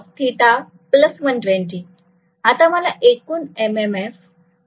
आता मला एकूण एम एम फ ची गणना करायची आहे